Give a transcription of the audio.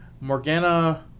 Morgana